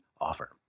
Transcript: offer